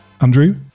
Andrew